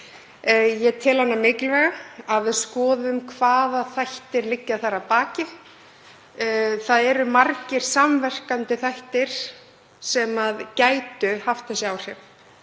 Ég tel hana mikilvæga, að við skoðum hvaða þættir liggja þarna að baki. Það eru margir samverkandi þættir sem gætu haft þessi áhrif